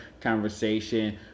conversation